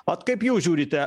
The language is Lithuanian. ot kaip jūs žiūrite